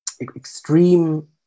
extreme